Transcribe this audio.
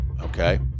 Okay